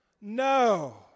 no